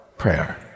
prayer